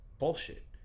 bullshit